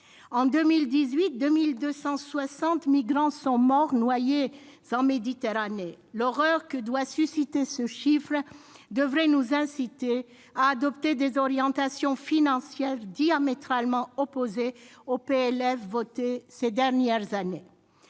En 2018, quelque 2 260 migrants sont morts noyés en Méditerranée. L'horreur que doit susciter ce chiffre devrait nous inciter à adopter des orientations financières diamétralement opposées aux PLF votés ces dernières années.